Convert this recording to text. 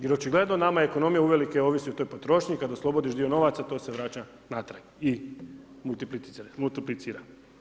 Jer očigledno nama ekonomija uvelike ovisi o toj potrošnji kada oslobodiš dio novaca to se vraća natrag i multiplicira.